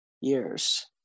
years